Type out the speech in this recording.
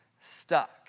stuck